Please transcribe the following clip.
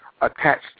attached